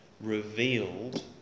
revealed